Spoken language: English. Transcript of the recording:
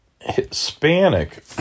Hispanic